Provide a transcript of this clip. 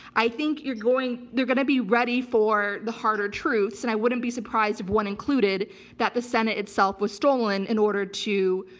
i think you're going, they're gonna be ready for the harder truths. and i wouldn't be surprised if one included that the senate itself was stolen in order to